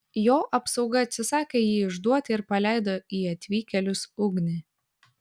jo apsauga atsisakė jį išduoti ir paleido į atvykėlius ugnį